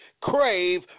Crave